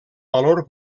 valor